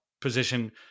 position